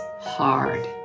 hard